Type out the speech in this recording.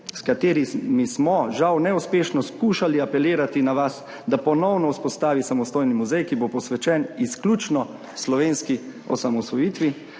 s katerimi smo žal neuspešno skušali apelirati na vas, da se ponovno vzpostavi samostojni muzej, ki bo posvečen izključno slovenski osamosvojitvi,